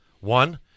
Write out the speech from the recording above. One